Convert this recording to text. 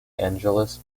angeles